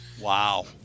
Wow